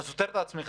אתה סותר את עצמך.